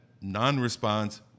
non-response